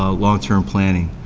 ah longterm planning.